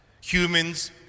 humans